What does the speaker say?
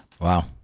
wow